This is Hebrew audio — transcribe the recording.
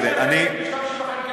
משתמשים,